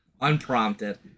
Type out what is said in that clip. Unprompted